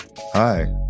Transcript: Hi